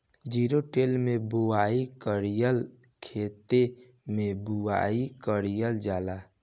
Zero till से बुआई कयिसन खेते मै बुआई कयिल जाला?